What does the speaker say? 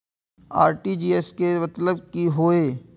RTGS के मतलब की होय ये?